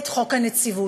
את חוק הנציבות.